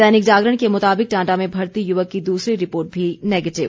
दैनिक जागरण के मुताबिक टांडा में भर्ती युवक की दूसरी रिपोर्ट भी नेगेटिव